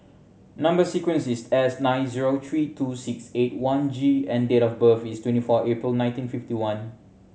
number sequence is S nine zero three two six eight one G and date of birth is twenty four April nineteen fifty one